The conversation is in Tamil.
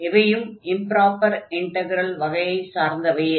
இவையும் இம்ப்ராப்பர் இன்டக்ரல் வகையைச் சார்ந்தவையே